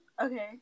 Okay